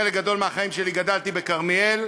בחלק גדול מהחיים שלי גדלתי בכרמיאל,